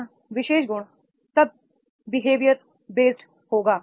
यह विशेष गुण तब बिहेवियर बेस्ड होगा